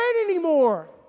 anymore